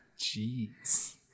Jeez